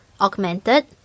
augmented